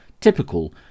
typical